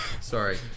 Sorry